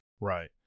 Right